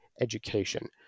education